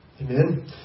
Amen